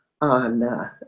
on